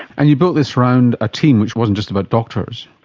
and you built this around a team which wasn't just about doctors.